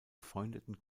befreundeten